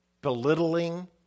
belittling